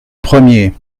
premiers